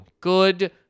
Good